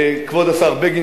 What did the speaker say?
כבוד השר בגין,